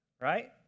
right